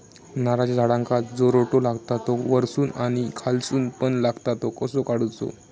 नारळाच्या झाडांका जो रोटो लागता तो वर्सून आणि खालसून पण लागता तो कसो काडूचो?